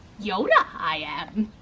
yoda i am.